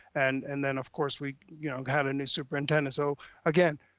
and and then of course we you know had a new superintendent. so again,